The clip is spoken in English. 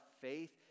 faith